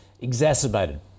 exacerbated